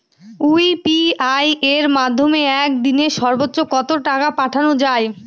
UPI এর মাধ্যমে এক দিনে সর্বচ্চ কত টাকা পাঠানো যায়?